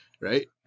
Right